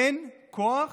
אין כוח